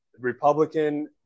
Republican